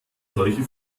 solche